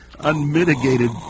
unmitigated